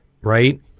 Right